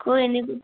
कोई निं